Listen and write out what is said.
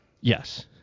Yes